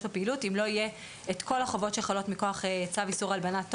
לפעילות אם לא יהיה את כל החובות שחלות מכוח צו איסור הלבנת הון.